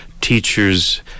teachers